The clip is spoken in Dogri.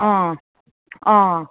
हां हां